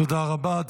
תודה רבה.